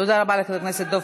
תודה רבה לחבר הכנסת דב